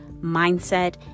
mindset